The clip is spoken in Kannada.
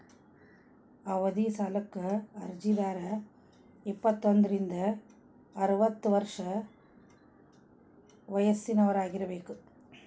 ಅವಧಿ ಸಾಲಕ್ಕ ಅರ್ಜಿದಾರ ಇಪ್ಪತ್ತೋಂದ್ರಿಂದ ಅರವತ್ತ ವರ್ಷ ವಯಸ್ಸಿನವರಾಗಿರಬೇಕ